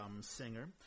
singer –